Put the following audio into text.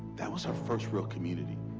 that was her first real community.